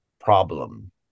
problem